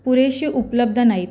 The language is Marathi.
पुरेशी उपलब्ध नाहीत